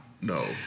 No